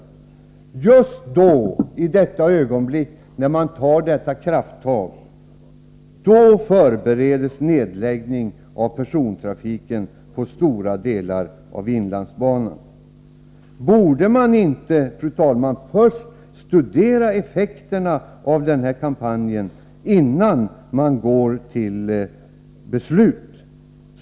Just i det ögonblicket — när man tar detta krafttag — förbereds en nedläggning av persontrafiken på stora delar av inlandsbanan. Borde man inte, fru talman, studera effekterna av den kampanjen innan man går till beslut?